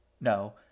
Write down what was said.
No